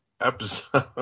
episode